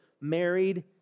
married